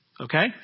Okay